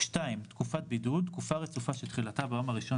2. "תקופת בידוד": תקופה רצופה שתחילתה ביום הראשון